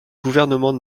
gouvernement